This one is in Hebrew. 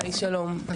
היי שלום,